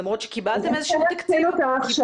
קיבלתם איזה שהם תקציבים?